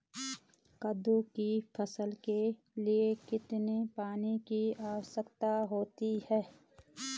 कद्दू की फसल के लिए कितने पानी की आवश्यकता होती है?